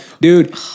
dude